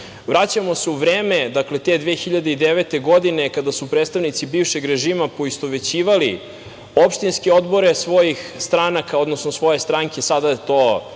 se u vreme, dakle te 2009. godine, kada su predstavnici bivšeg režima poistovećivali opštinske odbore svojih stranaka, odnosno svoje stranke, kada kažem